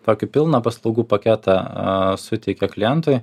tokį pilną paslaugų paketą suteikia klientui